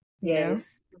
Yes